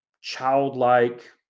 childlike